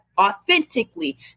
Authentically